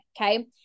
Okay